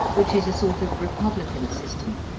which is a sort of republican system,